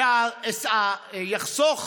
שיחסוך